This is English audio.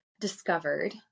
discovered